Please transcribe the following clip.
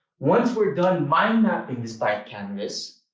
once we're done mindmapping this black canvas,